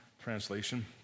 translation